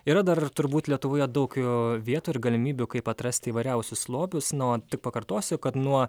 yra dar ir turbūt lietuvoje daug vietų ir galimybių kaip atrasti įvairiausius lobius na o tik pakartosiu kad nuo